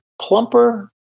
plumper